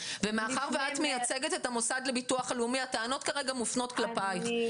שניכנס לעצם הדיון, כמה נשים כרגע יפסיקו